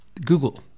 Google